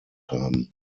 haben